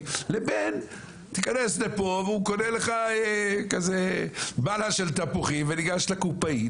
לבין תיכנס לפה והוא קונה לך כזה באלה של תפוחים וניגש לקופאית,